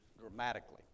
dramatically